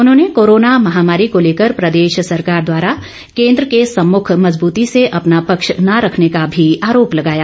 उन्होंने कोरोना महामारी को लेकर प्रदेश सरकार द्वारा केंद्र के समुख मजबूती से अपना पक्ष न रखने का भी आरोप लगाया